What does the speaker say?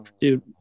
Dude